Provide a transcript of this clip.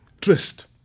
trust